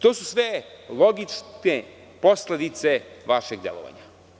To su sve logične posledice vašeg delovanja.